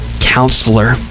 counselor